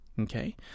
Okay